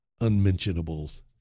unmentionables